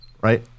right